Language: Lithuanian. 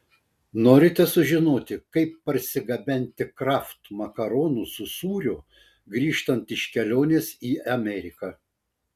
norite sužinoti kaip parsigabenti kraft makaronų su sūriu grįžtant iš kelionės į ameriką